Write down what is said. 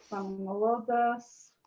i'm gonna load this.